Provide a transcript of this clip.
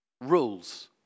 rules